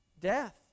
death